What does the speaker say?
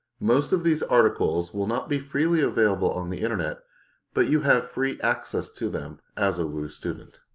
most of these articles will not be freely available on the internet but you have free access to them as a wou student.